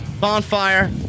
Bonfire